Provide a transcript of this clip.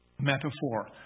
metaphor